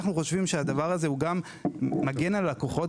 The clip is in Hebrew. אנחנו חושבים שהדבר הזה גם מגן על לקוחות,